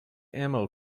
ammo